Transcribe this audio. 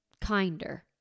kinder